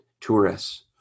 tourists